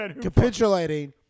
capitulating